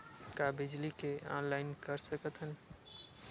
का बिजली के ऑनलाइन कर सकत हव?